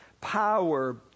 power